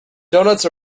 doughnuts